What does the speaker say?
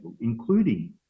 including